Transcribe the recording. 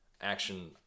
action